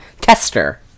tester